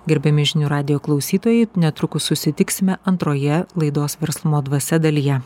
gerbiami žinių radijo klausytojai netrukus susitiksime antroje laidos verslumo dvasia dalyje